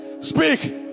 speak